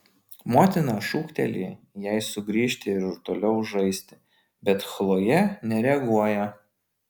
motina šūkteli jai sugrįžti ir toliau žaisti bet chlojė nereaguoja